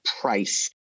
price